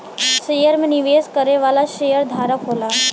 share में निवेश करे वाला शेयरधारक होला